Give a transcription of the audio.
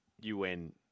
UN